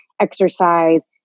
exercise